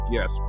Yes